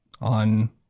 On